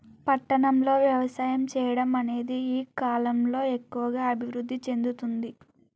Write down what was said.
పట్టణం లో వ్యవసాయం చెయ్యడం అనేది ఈ కలం లో ఎక్కువుగా అభివృద్ధి చెందుతుంది